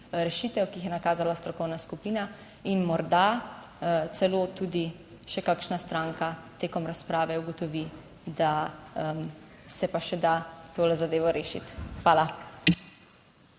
rešitev, ki jih je nakazala strokovna skupina. In morda celo tudi še kakšna stranka tekom razprave ugotovi, da se pa še da to zadevo rešiti. Hvala.